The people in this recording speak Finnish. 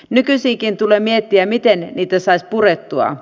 nykyisiäkin tulee miettiä miten niitä saisi purettua